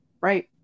Right